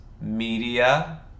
media